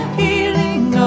healing